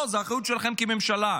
לא, זה אחריות שלכם כממשלה,